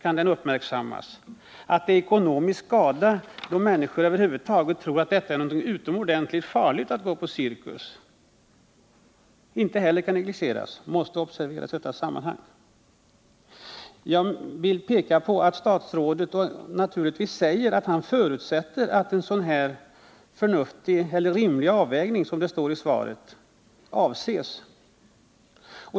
Att det medför ekonomisk skada, om människorna får den uppfattningen att det är utomordentligt farligt att gå på cirkus, kan inte negligeras utan måste observeras i detta sammanhang. Statsrådet anför i svaret att han förutsätter att en ”rimlig avvägning” sker.